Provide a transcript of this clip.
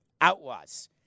outlaws